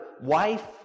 wife